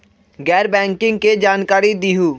गैर बैंकिंग के जानकारी दिहूँ?